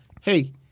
hey